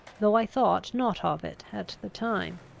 though i thought not of it at the time.